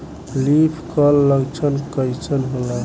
Leaf curl लक्षण कइसन होला?